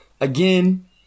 Again